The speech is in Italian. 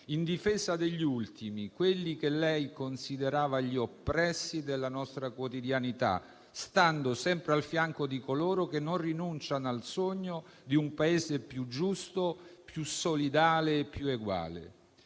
in difesa degli ultimi, quelli che lei considerava gli oppressi della nostra quotidianità, stando sempre al fianco di coloro che non rinunciano al sogno di un Paese più giusto, più solidale e più eguale.